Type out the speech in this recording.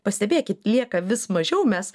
pastebėkit lieka vis mažiau mes